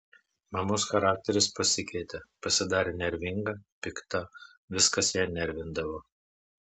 mamos charakteris pasikeitė pasidarė nervinga pikta viskas ją nervindavo